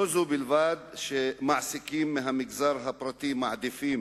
לא זו בלבד שמעסיקים מהמגזר הפרטי מעדיפים